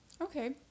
Okay